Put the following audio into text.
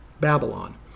Babylon